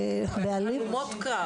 הן הלומות קרב,